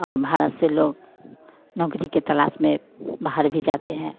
और भारत से लोग नौकरी के तलाश में बाहर भी जाते हैं